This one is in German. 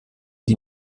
die